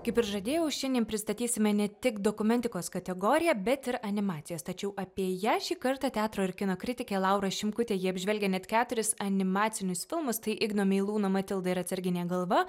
kaip ir žadėjau šiandien pristatysime ne tik dokumentikos kategoriją bet ir animacijos tačiau apie ją šį kartą teatro ir kino kritikė laura šimkutė ji apžvelgia net keturis animacinius filmus tai igno meilūno matilda ir atsarginė galva